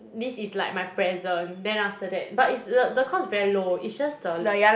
this is like my present then after that but it's the the cost is very low it's just the